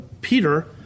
Peter